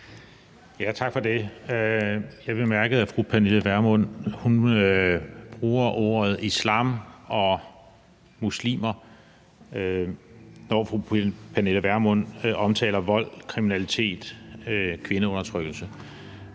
Tak for det. Jeg bemærkede, at fru Pernille Vermund bruger ordene islam og muslimer, når fru Pernille Vermund omtaler vold, kriminalitet og kvindeundertrykkelse.